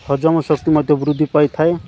ହଜମ ଶକ୍ତି ମଧ୍ୟ ବୃଦ୍ଧି ପାଇଥାଏ